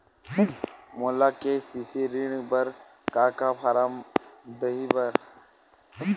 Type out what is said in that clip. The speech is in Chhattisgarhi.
मोला के.सी.सी ऋण बर का का फारम दही बर?